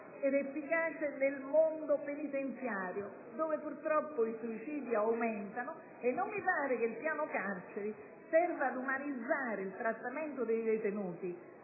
ed efficace nel mondo penitenziario, dove purtroppo i suicidi aumentano, e non mi pare che il piano carceri serva ad umanizzare il trattamento dei detenuti.